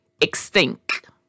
extinct